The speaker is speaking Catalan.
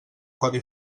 codi